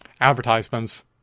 advertisements